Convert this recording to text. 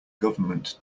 government